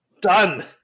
Done